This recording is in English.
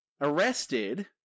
arrested